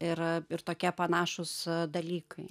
ir ir tokie panašūs dalykai